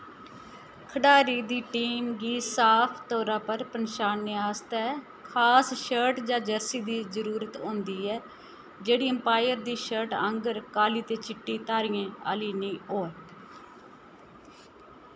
खढारी दी टीम गी साफ तौरा पर पन्नछानने आस्तै खास शर्ट जां जर्सी दी जरूरत होंदी ऐ जेह्ड़ी अंपायर दी शर्ट आंह्गर काली ते चिट्टी धारियें आह्ली निं होऐ